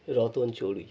রতন চড়ুই